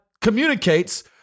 communicates